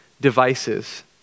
devices